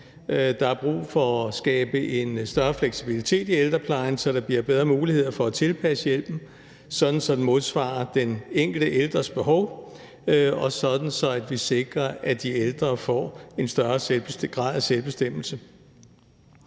Der er brug for at skabe en større fleksibilitet i ældreplejen, så der bliver bedre muligheder for at tilpasse hjælpen, sådan at den modsvarer den enkelte ældres behov, og sådan at vi sikrer, at de ældre får en større grad af selvbestemmelse.